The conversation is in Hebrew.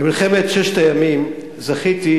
במלחמת ששת הימים זכיתי,